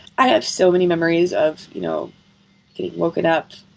i have so many memories of you know getting woken up,